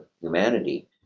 humanity